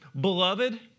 Beloved